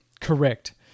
correct